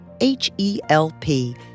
H-E-L-P